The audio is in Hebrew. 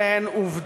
אלה הן עובדות,